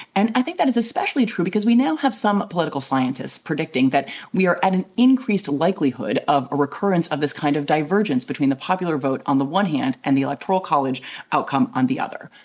and i think that is especially true because we now have some political scientists predicting that we are at an increased likelihood of a recurrence of this kind of divergence between the popular vote on the one hand and the electoral college outcome on the other.